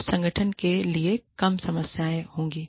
और संगठन के लिए कम समस्याएं होंगी